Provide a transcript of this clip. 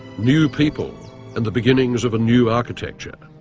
new people and the beginnings of a new architecture,